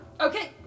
okay